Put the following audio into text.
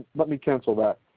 let me cancel that.